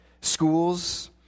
schools